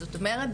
זאת אומרת,